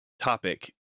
topic